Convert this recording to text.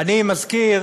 אני מזכיר